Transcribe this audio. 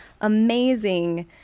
amazing